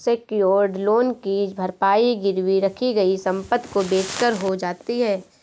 secured loan की भरपाई गिरवी रखी गई संपत्ति को बेचकर हो जाती है